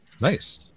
Nice